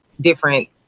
different